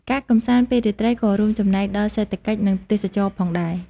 ការកម្សាន្តពេលរាត្រីក៏រួមចំណែកដល់ សេដ្ឋកិច្ច និង ទេសចរណ៍ ផងដែរ ។